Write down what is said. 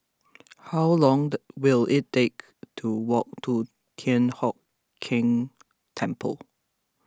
how long the will it take to walk to Thian Hock Keng Temple